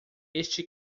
este